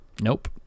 Nope